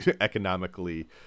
economically